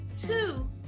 two